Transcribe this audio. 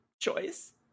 choice